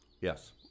Yes